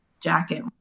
jacket